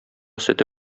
сөте